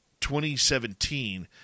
2017